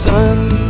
Sons